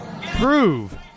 prove